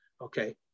okay